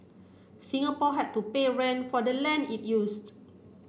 Singapore had to pay rent for the land it used